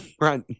right